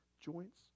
joints